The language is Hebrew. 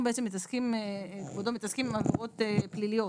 אנחנו מתעסקים עם עבירות פליליות,